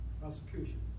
Prosecution